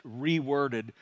reworded